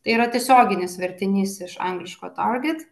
tai yra tiesioginis vertinys iš angliško target